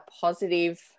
positive